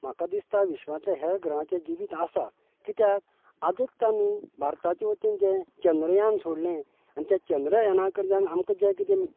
म्हाका दिसता विश्वांतलें हेर ग्रहांचेर जिवीत आसा कित्यात आजच आमी भारताच्या वतीन जें चंद्रयान सोडलें आनी त्या चंद्रयाना कडच्यान आमकां जें कितें मे